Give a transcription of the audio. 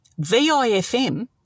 VIFM